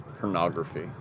Pornography